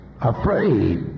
Afraid